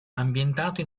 ambientato